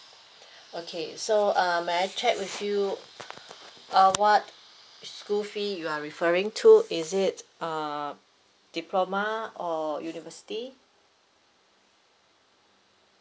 okay so uh may I check with you uh what school fee you are referring to is it a diploma or university